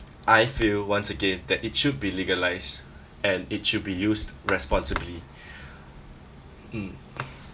I feel once again that it should be legalised and it should be used responsibly mm